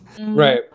Right